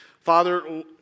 Father